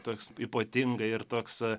toks ypatingai ir toks